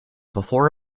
before